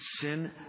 sin